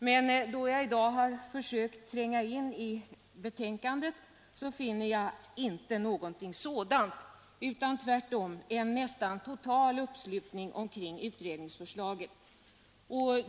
Men då jag i dag har försökt tränga in i betänkandet finner jag inte någonting sådant utan tvärtom en nästan total uppslutning omkring utredningsförslaget.